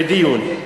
לדיון.